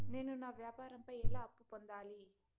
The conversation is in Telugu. నేను నా వ్యాపారం పై ఎలా అప్పు పొందాలి?